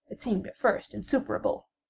it seemed at first insuperable.